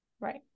Right